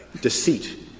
deceit